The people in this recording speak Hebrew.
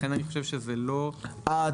לכן אני חושב שזה לא רלוונטי.